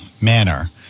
manner